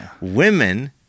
Women